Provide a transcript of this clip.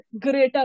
greater